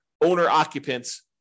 owner-occupants